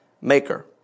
Maker